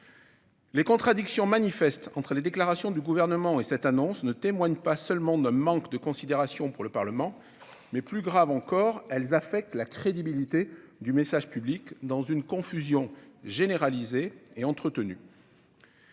Les contradictions manifestes entre les déclarations du Gouvernement et cette annonce témoignent non seulement d'un manque de considération pour le Parlement, mais, plus grave encore, elles affectent la crédibilité du message public, dans une confusion généralisée et entretenue.